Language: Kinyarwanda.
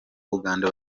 uganda